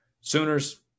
Sooners